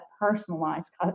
personalized